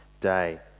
day